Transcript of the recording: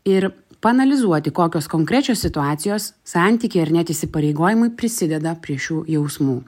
ir paanalizuoti kokios konkrečios situacijos santykiai ar net įsipareigojimai prisideda prie šių jausmų